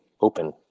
open